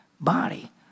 body